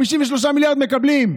53 מיליארד, מקבלים.